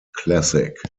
classic